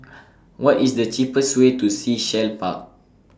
What IS The cheapest Way to Sea Shell Park